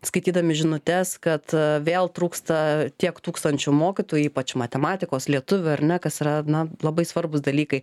skaitydami žinutes kad vėl trūksta tiek tūkstančių mokytojų ypač matematikos lietuvių ar ne kas yra na labai svarbūs dalykai